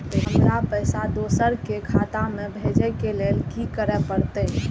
हमरा पैसा दोसर के खाता में भेजे के लेल की करे परते?